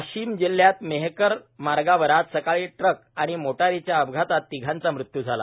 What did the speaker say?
वाशिम जिल्ह्यात मेहकर मार्गावर आज सकाळी ट्रक आणि मोटारीच्या अपघातात तिघांचा मृत्यू झाला